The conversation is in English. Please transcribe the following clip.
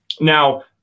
now